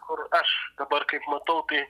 kur aš dabar kaip matau tai